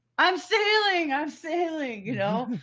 i'm sailing, i'm sailing. you know,